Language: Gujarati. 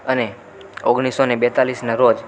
અને ઓગણીસસો ને બેતાળીસનાં રોજ